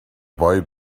boy